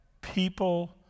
people